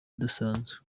idasanzwe